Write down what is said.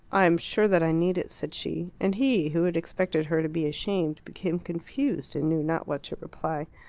i am sure that i need it, said she and he, who had expected her to be ashamed, became confused, and knew not what to reply.